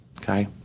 okay